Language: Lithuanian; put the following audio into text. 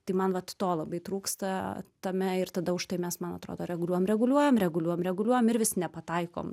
tai man vat to labai trūksta tame ir tada užtai mes man atrodo reguliuojam reguliuojam reguliuojam reguliuojam ir vis nepataikom